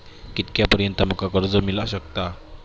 कितक्या पर्यंत माका कर्ज मिला शकता?